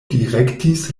direktis